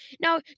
Now